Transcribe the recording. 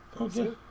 Okay